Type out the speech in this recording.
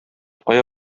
кая